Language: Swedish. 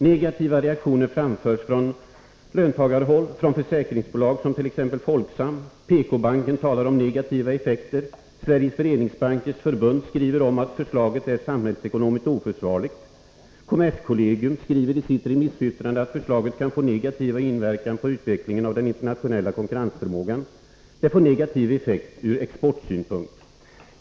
Negativa reaktioner framförs från löntagarhåll, från försäkringsbolag som t.ex. Folksam; PK-banken talar om negativa effekter, Sveriges föreningsbankers förbund skriver bl.a. att förslaget är samhällsekonomiskt oförsvarligt. Kommerskollegium skriver i sitt remissyttrande att förslaget kan få negativ inverkan på utvecklingen av den internationella konkurrensförmågan. Det får negativ effekt ur exportsynpunkt.